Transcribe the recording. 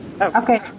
Okay